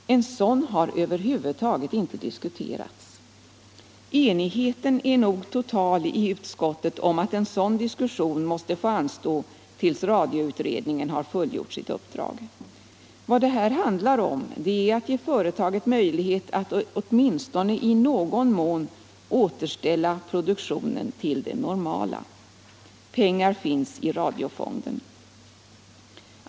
En sådan har över huvud taget inte diskuterats. Enigheten är nog total i utskottet om att en sådan diskussion måste få anstå tills radioutredningen har fullgjort sitt uppdrag. Vad det här handlar om är att ge företaget möjlighet att åtminstone i någon mån återställa produktionen till det normala. Pengar finns i radiofonden.